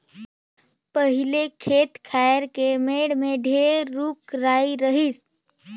पहिले खेत खायर के मेड़ में ढेरे रूख राई रहिस